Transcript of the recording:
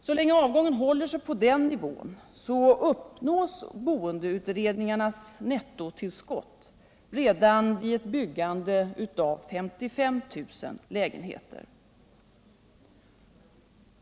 Så länge avgången håller sig på den nivån uppnås boendeutredningarnas nettotillskott redan vid ett byggande av 55 000 lägenheter.